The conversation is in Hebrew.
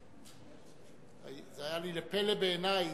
זה היה לפלא בעיני.